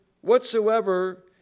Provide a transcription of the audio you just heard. whatsoever